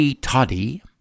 toddy